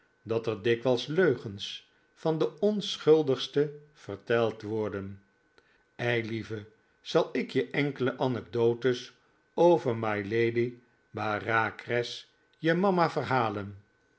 dat er dikwijls leugens van de onschuldigste verteld worden eilieve zal ik je enkele anecdotes over mylady bareacres je mama verhalen